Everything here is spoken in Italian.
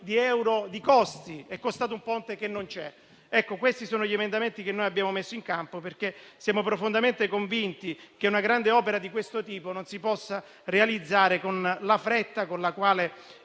di euro di costi per un ponte che non esiste. Questi sono gli emendamenti che noi abbiamo messo in campo, perché siamo profondamente convinti che una grande opera di questo tipo non si possa realizzare con la fretta con la quale